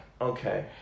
Okay